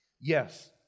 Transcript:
Yes